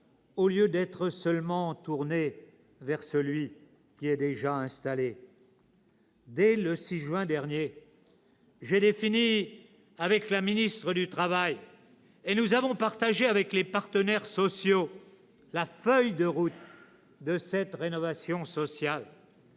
au lieu d'être seulement tourné vers celui qui est déjà installé. « Dès le 6 juin dernier, j'ai défini avec la ministre du travail, et nous avons partagé avec les partenaires sociaux, la feuille de route de cette rénovation sociale.